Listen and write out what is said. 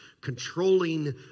controlling